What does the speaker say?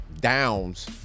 downs